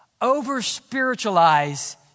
over-spiritualize